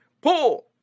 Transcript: Pull